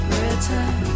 return